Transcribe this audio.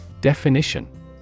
Definition